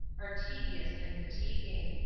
are tedious and fatiguing.